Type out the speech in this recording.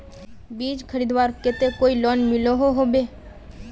बीज खरीदवार केते कोई लोन मिलोहो होबे?